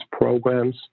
programs